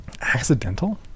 Accidental